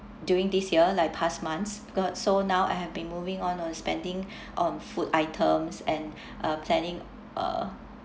during this year like past months got so now I have been moving on on spending on food items and uh planning uh